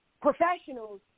professionals